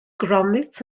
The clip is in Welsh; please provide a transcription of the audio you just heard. gromit